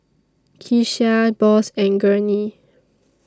Kecia Boss and Gurney